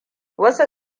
wasu